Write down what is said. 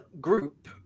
group